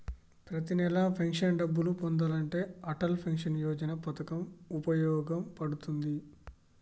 ప్రతి నెలా పెన్షన్ డబ్బులు పొందాలంటే అటల్ పెన్షన్ యోజన పథకం వుపయోగ పడుతుంది